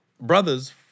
brothers